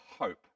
hope